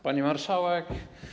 Pani Marszałek!